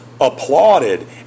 applauded